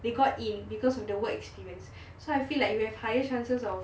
they got in because of the work experience so I feel like you have higher chances of